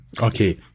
Okay